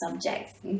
subjects